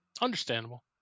Understandable